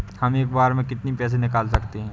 हम एक बार में कितनी पैसे निकाल सकते हैं?